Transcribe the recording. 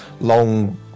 long